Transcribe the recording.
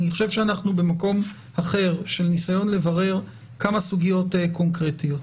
אני חושב שאנחנו במקום אחר של ניסיון לברר כמה סוגיות קונקרטיות.